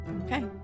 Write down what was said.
Okay